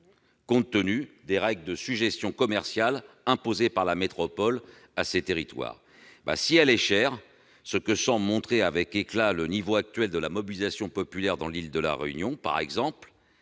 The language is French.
compte tenu des règles de sujétion commerciale imposées par la métropole à ces territoires ? Si elle est chère, ce que semble montrer avec éclat le niveau actuel de la mobilisation populaire dans l'île de La Réunion, par exemple,